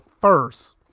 first